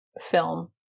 film